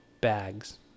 bags